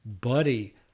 buddy